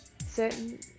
certain